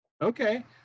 okay